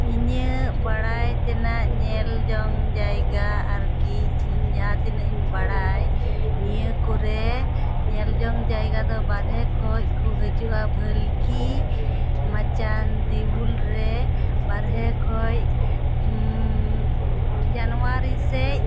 ᱤᱧᱟᱹᱜ ᱵᱟᱲᱟᱭ ᱛᱮᱱᱟᱜ ᱧᱮᱞ ᱡᱚᱝ ᱡᱟᱭᱜᱟ ᱟᱨ ᱠᱤ ᱤᱧ ᱡᱟᱦᱟᱸ ᱛᱤᱱᱟᱹᱜ ᱤᱧ ᱵᱟᱲᱟᱭ ᱱᱤᱭᱟᱹ ᱠᱚᱨᱮ ᱧᱮᱞ ᱡᱚᱝ ᱡᱟᱭᱜᱟ ᱫᱚ ᱵᱟᱨᱦᱮ ᱠᱷᱚᱱ ᱠᱚ ᱦᱤᱡᱩᱜᱼᱟ ᱵᱷᱟᱹᱞᱠᱤ ᱢᱟᱪᱟᱱ ᱫᱮᱣᱩᱞ ᱨᱮ ᱵᱟᱨᱦᱮ ᱠᱷᱚᱱ ᱡᱟᱱᱩᱣᱨᱤ ᱥᱮᱫ